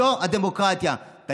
זאת הדמוקרטיה.